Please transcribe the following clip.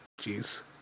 Jeez